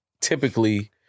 typically